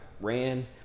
ran